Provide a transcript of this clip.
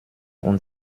und